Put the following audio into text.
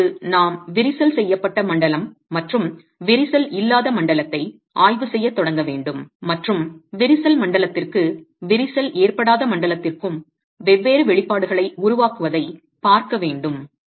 எனவே இப்போது நாம் விரிசல் கிராக் செய்யப்பட்ட மண்டலம் மற்றும் விரிசல் இல்லாத மண்டலத்தை ஆய்வு செய்யத் தொடங்க வேண்டும் மற்றும் விரிசல் மண்டலத்திற்கும் விரிசல் ஏற்படாத மண்டலத்திற்கும் வெவ்வேறு வெளிப்பாடுகளை உருவாக்குவதைப் பார்க்க வேண்டும்